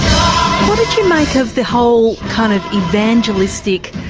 um did you make of the whole kind of evangelistic